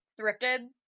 thrifted